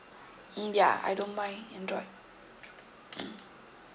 mm ya I don't mind android mm